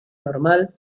normal